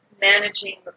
managing